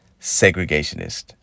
segregationist